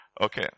Okay